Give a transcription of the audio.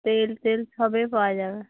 তেল টেল সবে পাওয়া যাবে